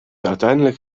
uiteindelijk